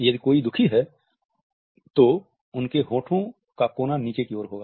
यदि कोई दुखी है तो उनके होंठों का कोना नीचे की ओर होगा